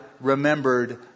remembered